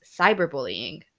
cyberbullying